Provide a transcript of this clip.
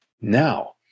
Now